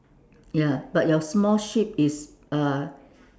ya but your small sheep is uh